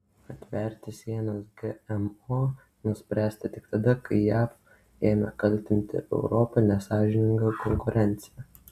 atverti sienas gmo nuspręsta tik tada kai jav ėmė kaltinti europą nesąžininga konkurencija